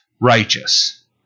righteous